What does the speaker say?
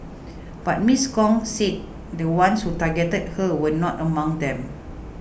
but Miss Gong said the ones who targeted her were not among them